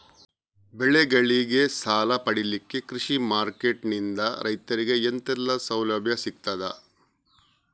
ಬೆಳೆಗಳಿಗೆ ಸಾಲ ಪಡಿಲಿಕ್ಕೆ ಕೃಷಿ ಮಾರ್ಕೆಟ್ ನಿಂದ ರೈತರಿಗೆ ಎಂತೆಲ್ಲ ಸೌಲಭ್ಯ ಸಿಗ್ತದ?